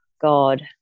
God